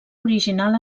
original